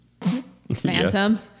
Phantom